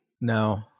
No